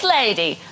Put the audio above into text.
lady